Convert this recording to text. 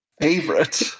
favorite